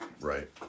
Right